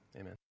amen